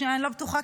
שאני לא בטוחה,